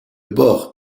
bord